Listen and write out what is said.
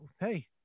Hey